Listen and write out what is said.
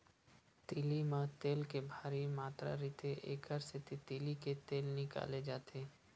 तिली म तेल के भारी मातरा रहिथे, एकर सेती तिली ले तेल निकाले जाथे